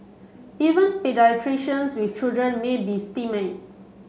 even paediatricians with children may be stymied